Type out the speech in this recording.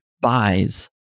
buys